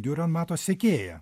diurenmato sekėją